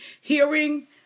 hearing